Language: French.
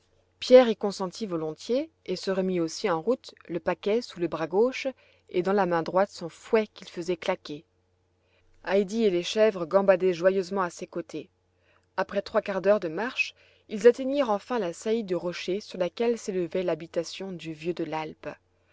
pierre y consentit volontiers et se remit aussi en route le paquet sous le bras gauche et dans la main droite son fouet qu'il faisait claquer heidi et les chèvres gambadaient joyeusement à ses côtés après trois quarts d'heure de marche ils atteignirent enfin la saillie de rochers sur laquelle s'élevait l'habitation du vieux de l'alpe